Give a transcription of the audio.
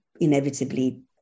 inevitably